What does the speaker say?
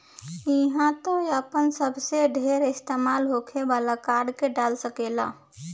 इहवा तू आपन सबसे ढेर इस्तेमाल होखे वाला कार्ड के डाल सकेल